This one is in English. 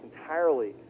entirely